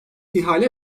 ihale